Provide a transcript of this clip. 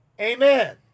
Amen